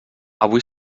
avui